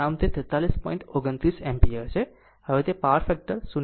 હવે તે power factor 0